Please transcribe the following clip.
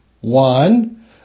one